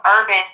urban